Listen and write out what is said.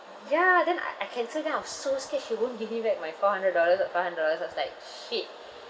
ya then I I cancel then I was so scared she won't give me back my four hundred dollars or five hundred dollars I was like shit